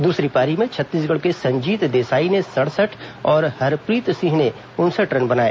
दूसरी पारी में छत्तीसगढ़ के संजीत देसाई ने सड़सठ और हरप्रीत सिंह ने उनसठ रन बनाए